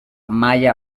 maya